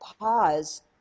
pause